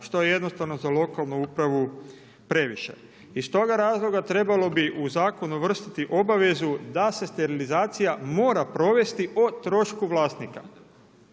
što je jednostavno za lokalnu upravu previše. Iz toga razloga trebalo bi u zakonu uvrstiti obavezu da se sterilizacija mora provesti o trošku vlasnika.